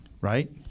right